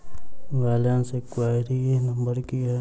Balance enquiry number की है?